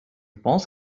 pense